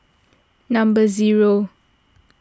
number zero